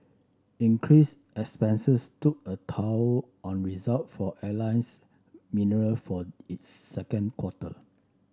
increased expenses took a toll on result for Alliance Mineral for its second quarter